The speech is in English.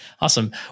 Awesome